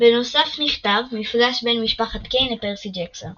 בנוסף נכתב מפגש בין משפחת קיין לפרסי ג'קסון